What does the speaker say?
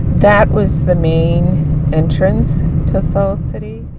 that was the main entrance to soul city.